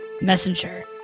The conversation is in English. Messenger